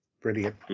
Brilliant